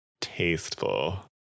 tasteful